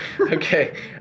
Okay